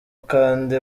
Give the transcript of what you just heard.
kandi